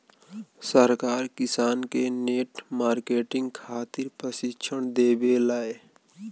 सरकार किसान के नेट मार्केटिंग खातिर प्रक्षिक्षण देबेले?